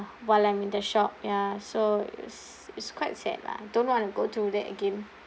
while I'm in the shop ya so it's it's quite sad lah don't want to go through that again